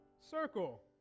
circle